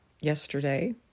yesterday